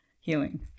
healing